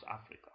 Africa